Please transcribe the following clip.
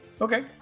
Okay